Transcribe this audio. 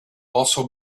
also